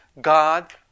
god